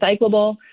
recyclable